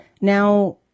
Now